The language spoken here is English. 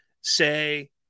say